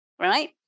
right